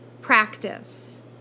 practice